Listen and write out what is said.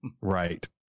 right